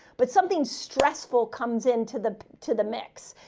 but something stressful comes in to the to the mix.